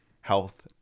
Health